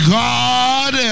god